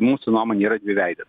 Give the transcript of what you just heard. mūsų nuomone yra dviveidės